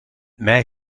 mij